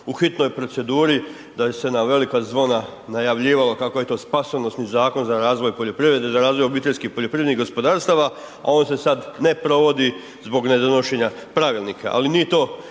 u hitnoj proceduri, da je se na velika zvona najavljivalo kako je to spasonosni zakon za razvoj poljoprivrede, za razvoj OPG-ova, a on se sad ne provodi zbog nedonošenja pravilnika, ali nije to